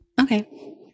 Okay